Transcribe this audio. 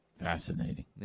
Fascinating